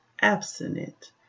abstinent